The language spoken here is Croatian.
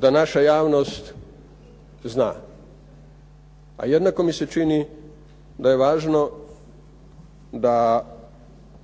da naša javnost zna. A jednako mi se čini da je važno, da